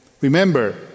Remember